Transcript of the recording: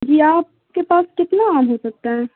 جی آپ کے پاس کتنا عم ہو سکتا ہے